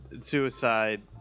suicide